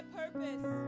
purpose